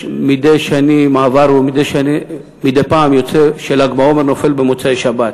כמדי פעם, יוצא של"ג בעומר נופל במוצאי-שבת.